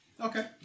Okay